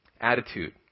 Attitude